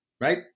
right